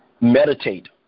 Meditate